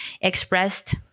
expressed